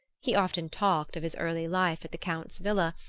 he often talked of his early life at the count's villa,